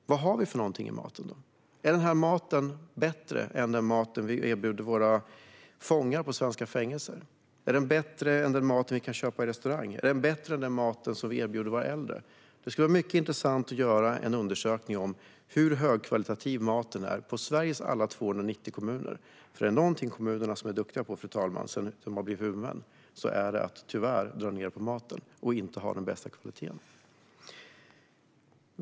Vad finns det då i maten? Är maten i förskolan bättre än den mat vi erbjuder våra fångar på svenska fängelser? Är den bättre än den mat vi kan köpa på restaurang? Är den bättre än den mat som vi erbjuder våra äldre? Det skulle vara mycket intressant att göra en undersökning av hur högkvalitativ maten är i Sveriges alla 290 kommuner, för om det är någonting som kommunerna blivit duktiga på sedan de blev huvudmän är det, tyvärr, att dra ned på maten och inte ha den bästa kvaliteten.